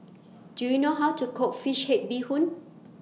Do YOU know How to Cook Fish Head Bee Hoon